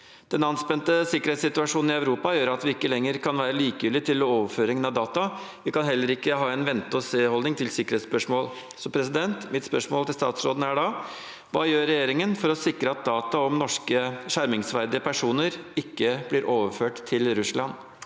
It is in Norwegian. Den anspente sikkerhetssituasjonen i Europa gjør at vi ikke lenger kan være likegyldig til overføringen av data. Vi kan heller ikke ha en venteog-se-holdning til sikkerhetsspørsmål. Mitt spørsmål til statsråden er da: Hva gjør regjeringen for å sikre at data om norske skjermingsverdige personer ikke blir overført til Russland?